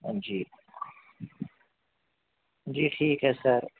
جی جی ٹھیک ہے سر